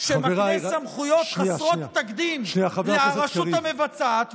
שמקנה סמכויות חסרות תקדים לרשות המבצעת,